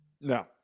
No